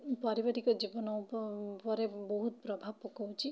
ପାରିବାରିକ ଜୀବନ ଉପରେ ବହୁତ ପ୍ରଭାବ ପକଉଛି